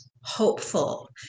hopeful